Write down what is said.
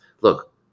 look